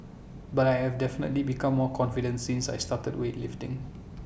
but I have definitely become more confident since I started weightlifting